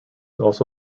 also